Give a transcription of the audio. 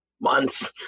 months